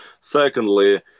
Secondly